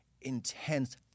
intense